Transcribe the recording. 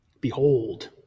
Behold